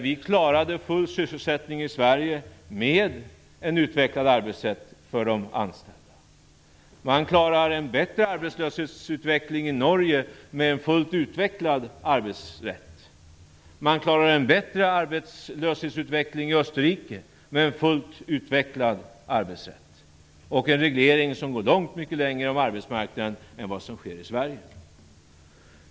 Vi klarade full sysselsättning i Sverige med en utvecklad arbetsrätt för de anställda. Man klarar en bättre arbetslöshetsutveckling i Norge med en fullt utvecklad arbetsrätt. Man klarar en bättre arbetslöshetsutveckling i Österrike med fullt utvecklad arbetsrätt och med en reglering av arbetsmarknaden som går mycket längre än vad som sker i Sverige.